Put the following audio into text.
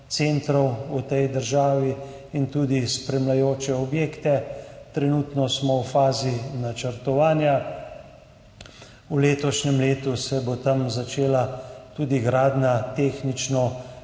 centrov v tej državi in tudi spremljajoče objekte. Trenutno smo v fazi načrtovanja. V letošnjem letu se bo tam začela tudi gradnja